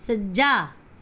ਸੱਜਾ